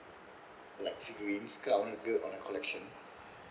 like figurines cause I want to build on the collection